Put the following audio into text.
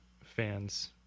fans